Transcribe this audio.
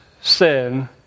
sin